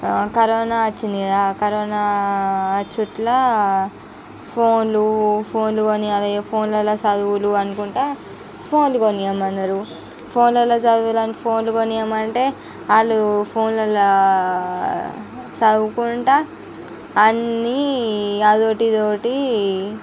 corona వచ్చింది కదా corona చుట్లా ఫోన్లు ఫోన్లు కొని ఫోన్లో సదువులు అనుకుంటా ఫోన్లు కొనియామన్నారు ఫోన్లల్లో సదివేదానికి ఫోన్లు కొనీయమంటే వాళ్ళు ఫోన్లలా చదువుకుంటూ అన్నీ అది ఒకటి ఇది ఒకటి